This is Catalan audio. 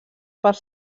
pels